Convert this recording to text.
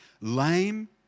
lame